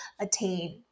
attain